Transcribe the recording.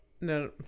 No